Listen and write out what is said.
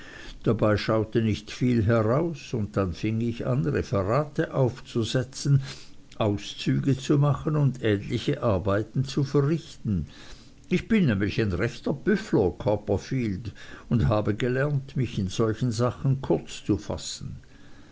dabei schaute nicht viel heraus und dann fing ich an referate aufzusetzen auszüge zu machen und ähnliche arbeiten zu verrichten ich bin nämlich ein rechter büffler copperfield und habe gelernt mich in solchen sachen kurz fassen